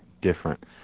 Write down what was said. different